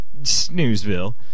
Snoozeville